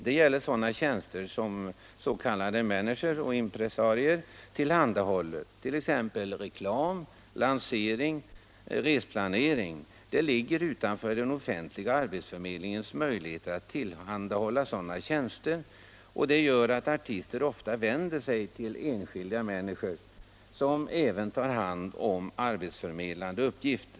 Det gäller sådana tjänster som s.k. managers eller impressarier tillhandahåller, t.ex. — Obligatorisk reklam, lansering och resplanering. Det ligger utanför den offentliga ar — platsanmälan till betsförmedlingens möjligheter att tillhandahålla sådana tjänster, och detta — den offentliga gör att artister ofta vänder sig till enskilda managers, som därvid även — arbetsförmedlingen, tar hand om arbetsförmedlande uppgifter.